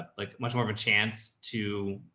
like much more of a chance to,